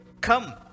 Come